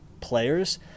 players